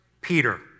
Peter